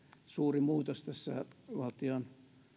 suuri muutos tässä valtion